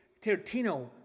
Tarantino